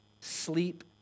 sleep